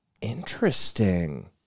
Interesting